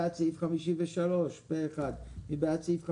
הצבעה סעיף 85(48) אושר מי בעד סעיף 49?